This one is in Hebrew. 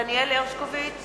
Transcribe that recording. דניאל הרשקוביץ